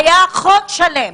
היה חוק שלם,